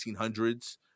1800s